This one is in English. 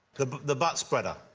the the butt spreader.